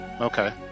okay